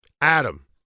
Adam